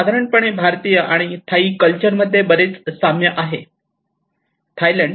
साधारणपणे भारतीय आणि थाई कल्चर मध्ये बरेच साम्य आहे थायलँड